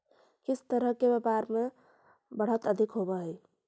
किस तरह के व्यापार में बढ़त अधिक होवअ हई